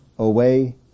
Away